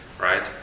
Right